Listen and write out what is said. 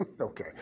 okay